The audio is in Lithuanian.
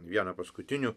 vieną paskutinių